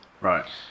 Right